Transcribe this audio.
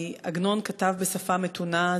כי עגנון כתב בצורה מתונה,